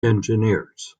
engineers